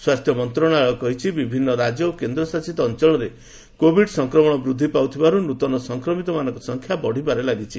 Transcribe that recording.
ସ୍ୱାସ୍ଥ୍ୟ ମନ୍ତ୍ରଣାଳୟ କହିଛି ବିଭିନ୍ନ ରାଜ୍ୟ ଓ କେନ୍ଦ୍ରଶାସିତ ଅଞ୍ଚଳରେ କୋଭିଡ ସଂକ୍ରମଣ ବୃଦ୍ଧି ପାଉଥିବାରୁ ନୂତନ ସଂକ୍ରମିତମାନଙ୍କ ସଂଖ୍ୟା ବଢ଼ିବାରେ ଲାଗିଛି